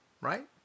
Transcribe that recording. right